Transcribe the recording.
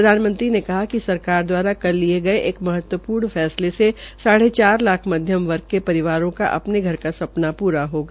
प्रधानमंत्री ने कहा कि सरकार द्वारा कल जिलये गये एक महत्वपूर्ण फैसले से साढ़े चार लाख मध्यम वर्ग के परिवारों का अपने घर का सपना पूरा होगा